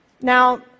Now